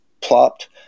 plopped